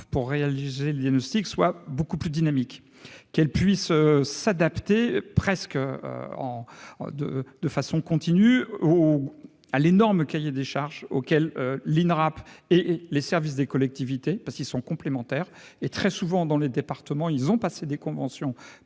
pour réaliser le diagnostic soit beaucoup plus dynamique qu'elle puisse s'adapter, presque en deux de façon continue au à l'énorme cahier des charges auxquelles l'Inrap et et les services des collectivités parce qu'ils sont complémentaires et très souvent dans les départements, ils ont passé des conventions